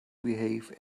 behave